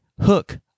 Hook